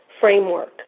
framework